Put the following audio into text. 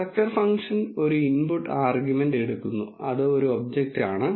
structure function ഒരു input argument എടുക്കുന്നു അത് ഒരു ഒബ്ജക്റ്റ് ആണ്